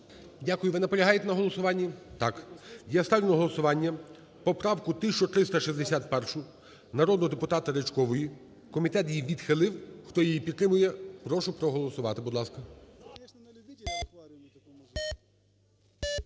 Дякую. Ви наполягаєте на голосуванні? Так. Я ставлю на голосування поправку 1361 народного депутата Ричкової. Комітет її відхилив. Хто її підтримує, прошу проголосувати. Будь ласка.